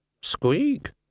Squeak